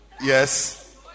Yes